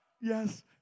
Yes